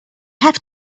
have